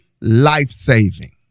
life-saving